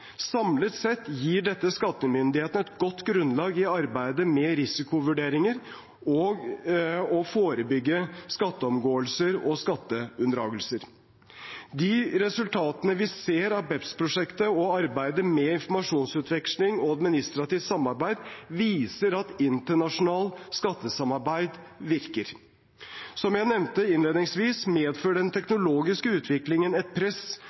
Samlet sett gir dette skattemyndighetene et godt grunnlag i arbeidet med risikovurderinger og å forebygge skatteomgåelser og skatteunndragelser. De resultatene vi ser av BEPS-prosjektet og arbeidet med informasjonsutveksling og administrativt samarbeid, viser at internasjonalt skattesamarbeid virker. Som jeg nevnte innledningsvis, medfører den teknologiske utviklingen et press